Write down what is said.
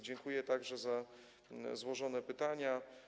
Dziękuję także za złożone pytania.